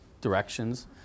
directions